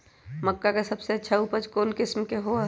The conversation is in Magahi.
मक्का के सबसे अच्छा उपज कौन किस्म के होअ ह?